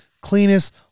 cleanest